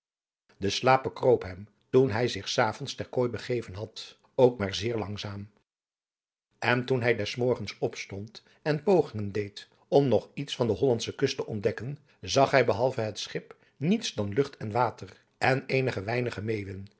de slaap bekroop hem toen hij zich s avonds ter kooi begeven had ook maar zeer langzaam en toen hij des morgens opstond en pogingen deed om nog iets van de hollandsche kust te ontdekden zag hij behalve het schip niets dan lucht en water en eenige weinige meeuwen